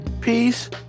peace